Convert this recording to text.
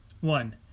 One